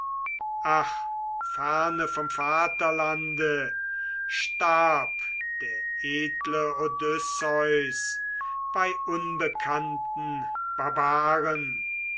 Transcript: ach ferne vom vaterlande starb der edle odysseus bei unbekannten barbaren